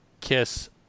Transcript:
KISS